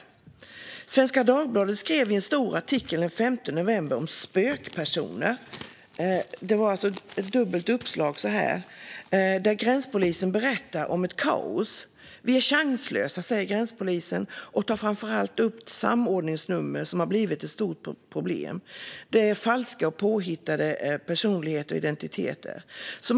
I Svenska Dagbladet den 5 november fanns en stor artikel om "spökpersoner" - det var ett helt uppslag - där gränspolisen berättar att det är kaos. De säger att de är chanslösa och tar framför allt upp samordningsnummer, som har blivit ett stort problem. Det är falska identiteter och påhittade personer.